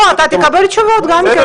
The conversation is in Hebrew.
לא, אתה תקבל תשובות גם כן.